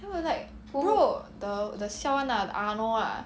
then I was like bro the the siao [one] lah the arnold lah